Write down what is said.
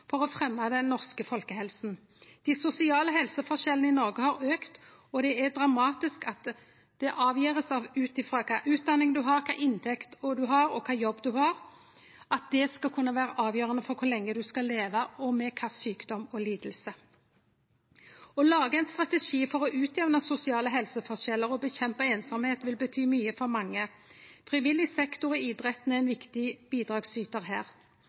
for å fremje den norske folkehelsa. Dei sosiale helseforskjellane i Noreg har auka. Det er dramatisk at kva utdanning ein har, kva inntekt ein har, og kva jobb ein har, skal kunne vere avgjerande for kor lenge ein skal leve, og med kva sjukdom og liding. Å lage ein strategi for å jamne ut sosiale helseforskjellar og kjempe mot einsemd vil bety mykje for mange. Frivillig sektor og idretten er viktige bidragsytarar her. Familie og frivillige gjer ein